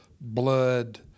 blood